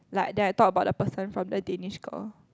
like that I talk about the person from the Danish Girl